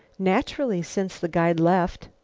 naturally, since the guide left.